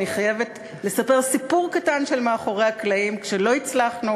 אני חייבת לספר סיפור קטן של מאחורי הקלעים: כשלא הצלחנו